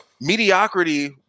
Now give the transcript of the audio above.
mediocrity